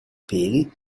peli